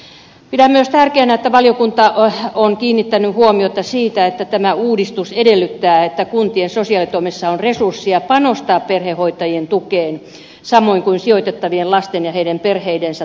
pidän myös tärkeänä että valiokunta on kiinnittänyt huomiota siihen että tämä uudistus edellyttää että kuntien sosiaalitoimessa on resurssia panostaa perhehoitajien tukeen samoin kuin sijoitettavien lasten ja heidän perheidensä tukemiseen